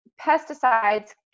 pesticides